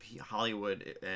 Hollywood